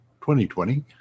2020